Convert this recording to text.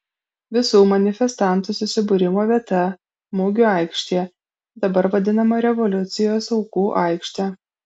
visų manifestantų susibūrimo vieta mugių aikštė dabar vadinama revoliucijos aukų aikšte